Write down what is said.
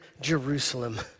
Jerusalem